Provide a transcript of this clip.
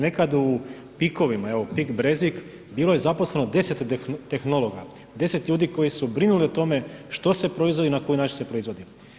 Nekad u PIK-ovima, evo PIK Brezik, bilo je zaposleno 10 tehnologa, 10 ljudi koji su brinuli o tome što se proizvodi i na koji način se proizvodi.